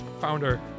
founder